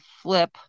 flip